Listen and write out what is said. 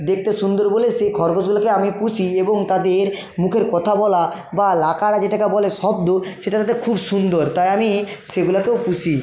দেখতে সুন্দর বলে সেই খরগোশগুলোকে আমি পুষি এবং তাদের মুখের কথা বলা বা লাকাড়া যেটাকে বলে শব্দ সেটা তাদের খুব সুন্দর তাই আমি সেগুলাকেও পুষি